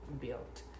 built